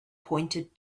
pointed